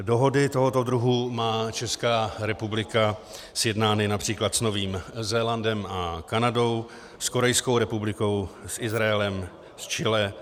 Dohody tohoto druhu má Česká republika sjednány například s Novým Zélandem a Kanadou, s Korejskou republikou, s Izraelem, s Chile.